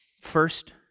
First